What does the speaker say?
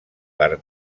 per